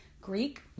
Greek